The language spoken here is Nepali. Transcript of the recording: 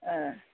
अँ